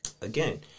again